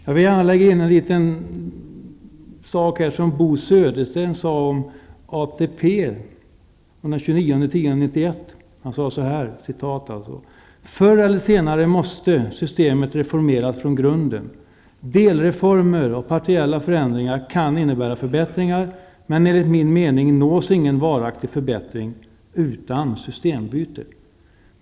Jag vill gärna citera något som Bo Södersten sade om ATP den 29 okt 1991: ''Förr eller senare måste systemet reformeras från grunden. Delreformer och partiella förändringar kan innebära förbättringar. Men enligt min mening nås ingen varaktig förbättring utan systembyte.